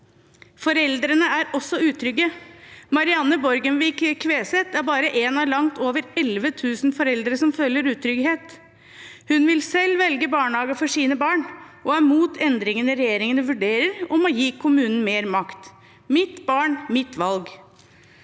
Foreldrene er også utrygge. Marianne Borgenvik Kveseth er bare en av langt over 11 000 foreldre som føler utrygghet. Hun vil selv velge barnehage for sine barn og er imot endringene regjeringen vurderer om å gi kommunene mer makt. Mitt barn – mitt valg.